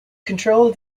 control